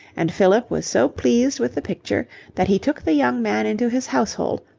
and philip was so pleased with the picture that he took the young man into his household,